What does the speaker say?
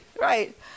right